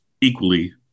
equally